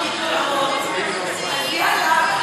אז יאללה.